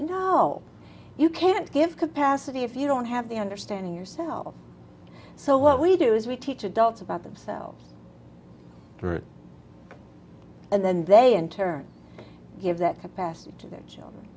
know you can't give capacity if you don't have the understanding yourself so what we do is we teach adults about themselves and then they in turn give that capacity to their children